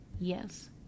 yes